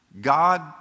God